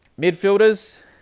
Midfielders